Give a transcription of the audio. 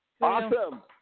awesome